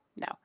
No